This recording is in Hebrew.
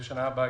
בשנה הבאה,